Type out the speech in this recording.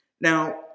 Now